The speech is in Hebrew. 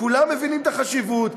כולם מבינים את החשיבות.